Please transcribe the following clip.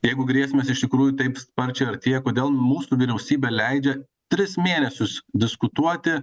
jeigu grėsmės iš tikrųjų taip sparčiai artėja kodėl mūsų vyriausybė leidžia tris mėnesius diskutuoti